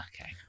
Okay